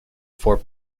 for